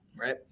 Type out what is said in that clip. right